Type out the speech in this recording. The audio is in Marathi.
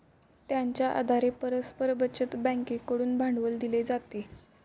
त्यांच्या आधारे परस्पर बचत बँकेकडून भांडवल दिले जाते